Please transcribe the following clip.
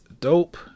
dope